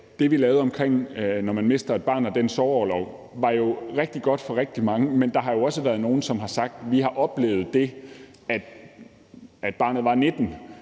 det, vi lavede omkring det at miste et barn og den sorgorlov, var rigtig godt for rigtig mange, men der har også været nogle, som har sagt, at de har oplevet, at det ikke